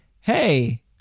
Hey